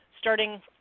Starting